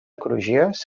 crugies